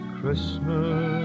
Christmas